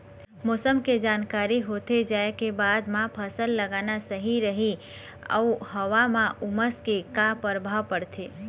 मौसम के जानकारी होथे जाए के बाद मा फसल लगाना सही रही अऊ हवा मा उमस के का परभाव पड़थे?